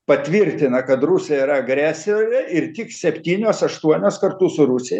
patvirtina kad rusija yra agresorė ir tik septynios aštuonios kartu su rusija